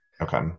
Okay